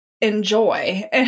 enjoy